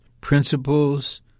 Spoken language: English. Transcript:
principles